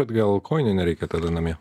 bet gal kojinių nereikia tada namie